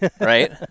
Right